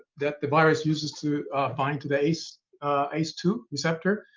that the virus uses to bind to the ace ace two receptor.